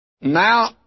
Now